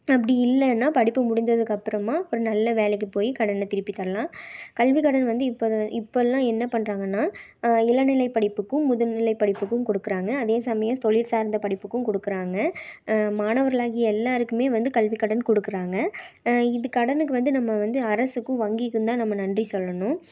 அப்படி இல்லைன்னா படிப்பு முடிஞ்சதுக்கு அப்புறமா ஒரு நல்ல வேலைக்கு போய் கடனை திருப்பி தரலாம் கல்விக் கடன் வந்து இப்போ இப்போல்லாம் என்ன பண்ணுறாங்கனா இளநிலை படிப்புக்கும் முதுநிலை படிப்புக்கும் கொடுக்குறாங்க அதே சமயம் தொழில் சார்ந்த படிப்புக்கும் கொடுக்குறாங்க மாணவர்களாகிய எல்லோருக்குமே வந்து கல்விக் கடன் கொடுக்குறாங்க இது கடனுக்கு வந்து நம்ம வந்து அரசுக்கும் வங்கிக்குந்தான் நம்ம நன்றி சொல்லணும்